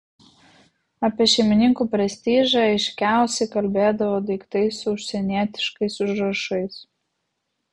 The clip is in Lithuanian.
apie šeimininkų prestižą aiškiausiai kalbėdavo daiktai su užsienietiškais užrašais